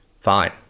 Fine